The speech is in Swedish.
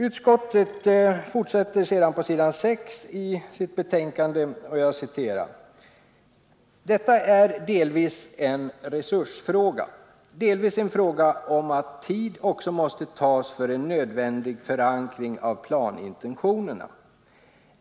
Utskottet fortsätter sedan på s. 6 i sitt betänkande: ”Detta är delvis en resursfråga, delvis en fråga om att tid också måste tas för en nödvändig förankring av planintentionerna.